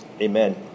Amen